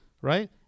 right